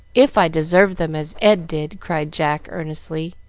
if i deserved them as ed did! cried jack, earnestly.